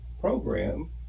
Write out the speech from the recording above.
program